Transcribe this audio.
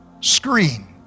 screen